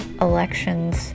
elections